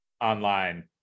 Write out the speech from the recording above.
online